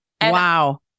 Wow